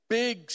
big